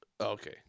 Okay